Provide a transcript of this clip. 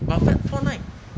but fat~ Fortnite